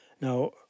Now